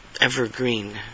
evergreen